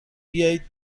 بیایید